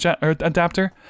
adapter